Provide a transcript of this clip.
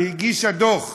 והגישה דוח,